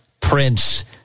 Prince